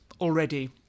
already